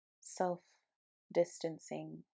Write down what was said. self-distancing